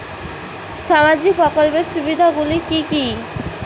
সামাজিক প্রকল্পের সুবিধাগুলি কি কি?